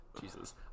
jesus